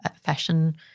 fashion